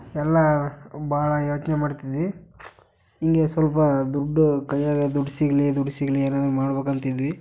ಎಲ್ಲ ಭಾಳ ಯೋಚನೆ ಮಾಡ್ತಿದ್ವಿ ಹಿಂಗೇ ಸ್ವಲ್ಪ ದುಡ್ಡು ಕೈಯಿಗೆ ದುಡ್ಡು ಸಿಗಲಿ ದುಡ್ಡು ಸಿಗಲಿ ಏನಾರೂ ಮಾಡ್ಬೇಕಂತಿದ್ವಿ